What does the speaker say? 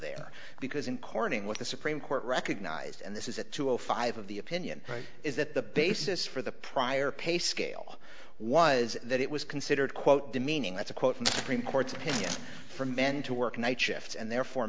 there because in corning what the supreme court recognized and this is that to a five of the opinion right is that the basis for the prior pay scale was that it was considered quote demeaning that's a quote from court's opinion for men to work night shifts and therefore